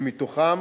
ומתוכם